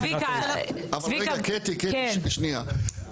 אבל רגע, קטי, שנייה.